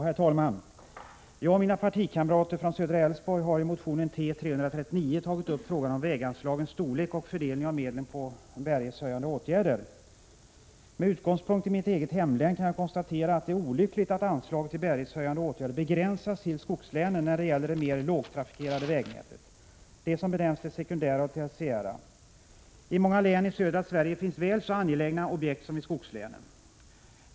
Herr talman! Jag och mina partikamrater från södra Älvsborg har i motion T339 tagit upp frågan om väganslagens storlek och fördelningen av medlen för bärighetshöjande åtgärder. Med utgångspunkt i mitt eget hemlän kan jag konstatera att det är olyckligt att anslaget till bärighetshöjande åtgärder begränsas till skogslänen när det gäller det mer lågtrafikerade vägnätet, det som benämns det sekundära och tertiära. I många län i södra Sverige finns väl så angelägna objekt som i skogslänen.